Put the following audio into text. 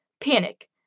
panic